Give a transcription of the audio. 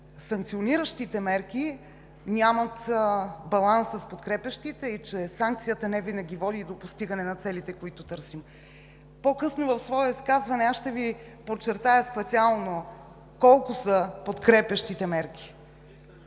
че санкциониращите мерки нямат баланс с подкрепящите и че санкцията невинаги води до постигане на целите, които търсим. По-късно в свое изказване ще Ви подчертая специално колко са подкрепящите мерки.